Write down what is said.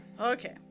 okay